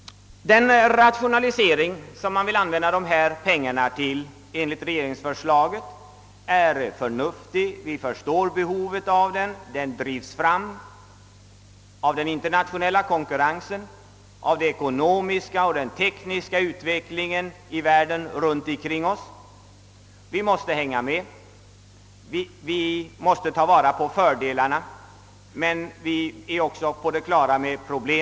Den rationalisering, som pengarna enligt regeringsförslaget skall användas till, är förnuftig. Vi förstår behovet av den. Rationaliseringen drivs fram av den internationella konkurrensen och av den ekonomiska och tekniska utvecklingen runt om i världen. Vi måste hänga med och ta vara på fördelarna. Men vi måste också ha problemen klara för oss.